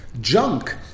junk